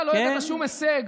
בעצם אתה לא הבאת שום הישג.